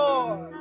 Lord